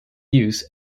use